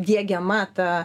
diegiama ta